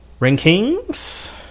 Rankings